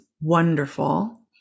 wonderful